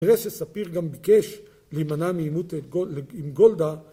נראה שספיר גם ביקש להימנע מעימות עם גולדה